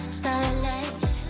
starlight